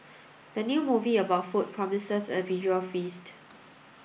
the new movie about food promises a visual feast